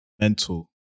Mental